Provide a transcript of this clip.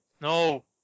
No